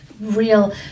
Real